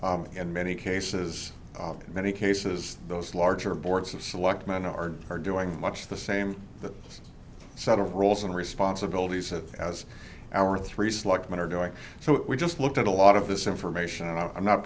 in many cases in many cases those larger boards of selectmen are are doing much the same set of roles and responsibilities of as our three selectmen are doing so we just looked at a lot of this information and i'm not